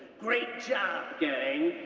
great job, gang!